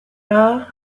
rah